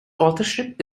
authorship